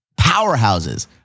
powerhouses